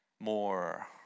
more